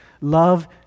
Love